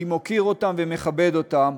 אני מוקיר אותם ומכבד אותם.